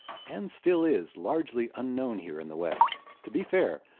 and still is, largely unknown here in the west. to be fair,